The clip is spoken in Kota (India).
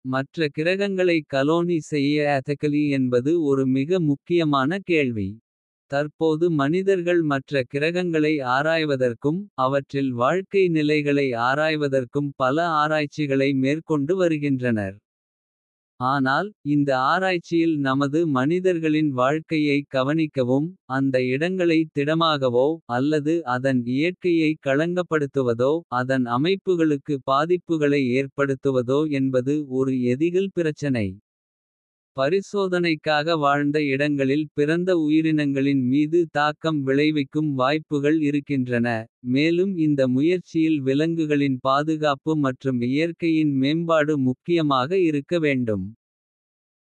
மற்ற கிரகங்களை கலோனீ செய்ய. என்பது ஒரு மிக முக்கியமான கேள்வி. தற்போது மனிதர்கள் மற்ற கிரகங்களை ஆராய்வதற்கும். அவற்றில் வாழ்க்கை நிலைகளை ஆராய்வதற்கும் பல. ஆராய்ச்சிகளை மேற்கொண்டு வருகின்றனர் ஆனால். இந்த ஆராய்ச்சியில் நமது மனிதர்களின் வாழ்க்கையை. கவனிக்கவும் அந்த இடங்களை திடமாகவோ. அல்லது அதன் இயற்கையை களங்கப்படுத்துவதோ. அதன் அமைப்புகளுக்கு பாதிப்புகளை ஏற்படுத்துவதோ. என்பது ஒரு எதிகல் பிரச்சனை பரிசோதனைக்காக. வாழ்ந்த இடங்களில் பிறந்த உயிரினங்களின் மீது தாக்கம். விளைவிக்கும் வாய்ப்புகள் இருக்கின்றன மேலும் இந்த. முயற்சியில் விலங்குகளின் பாதுகாப்பு மற்றும் இயற்கையின். மேம்பாடு முக்கியமாக இருக்க வேண்டும்.